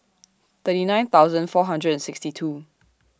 thirty nine thousand four hundred and sixty two